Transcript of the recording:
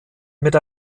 mit